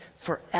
forever